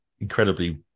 incredibly